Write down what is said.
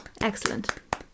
Excellent